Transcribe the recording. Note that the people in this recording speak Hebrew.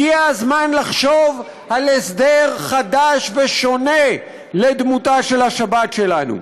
הגיע הזמן לחשוב על הסדר חדש ושונה לדמותה של השבת שלנו.